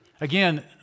Again